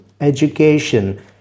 education